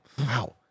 Wow